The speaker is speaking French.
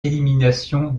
élimination